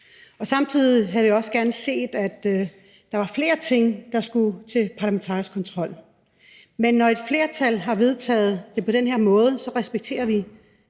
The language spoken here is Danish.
Samtidig havde vi også gerne set, at der var flere ting, der skulle til parlamentarisk kontrol. Men når et flertal har vedtaget det på den her måde, respekterer vi